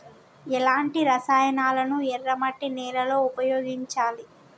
ఎలాంటి రసాయనాలను ఎర్ర మట్టి నేల లో ఉపయోగించాలి?